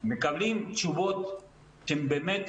והם מקבלים תשובות שבאמת,